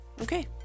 okay